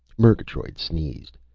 murgatroyd sneezed.